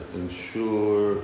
ensure